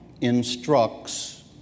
instructs